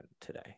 today